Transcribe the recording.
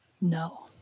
No